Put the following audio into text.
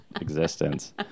existence